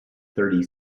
thirty